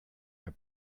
her